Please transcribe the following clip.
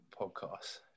podcast